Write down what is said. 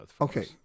Okay